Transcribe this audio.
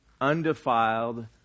undefiled